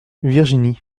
virginie